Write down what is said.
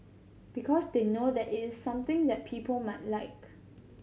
because they know that it's something that people might like